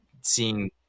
seeing